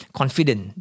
confident